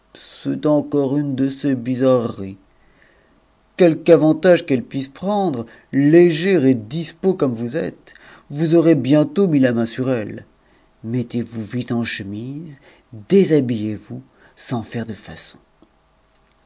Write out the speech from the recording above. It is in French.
c'est encore une de ses bizarreries quelque avantage qu'elle puisse prendre léger et dispos comme vous êtes vous aurez bientôt mis la main sur elle mettez-vous vite en chemise déshabillez vous sans faire de façons